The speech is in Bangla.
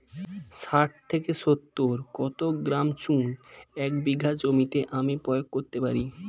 শাঠ থেকে সত্তর কিলোগ্রাম চুন এক বিঘা জমিতে আমি প্রয়োগ করতে পারি?